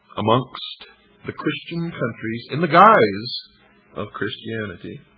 amongst the christian countries, in the guise of christianity,